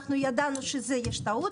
אנחנו ידענו שיש טעות,